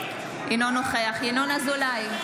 אינו נוכח ינון אזולאי,